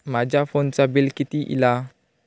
माझ्या फोनचा बिल किती इला?